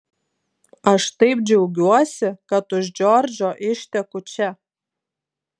aš taip džiaugiuosi kad už džordžo išteku čia